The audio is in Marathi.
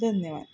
धन्यवाद